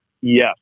Yes